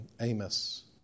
Amos